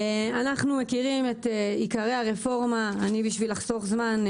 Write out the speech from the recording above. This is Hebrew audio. אנחנו מכירים את עיקרי הרפורמה בשביל לחסוך זמן אני